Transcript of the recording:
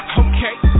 okay